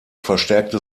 verstärkte